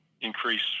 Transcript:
increase